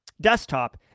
desktop